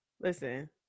Listen